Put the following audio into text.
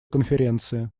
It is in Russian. конференции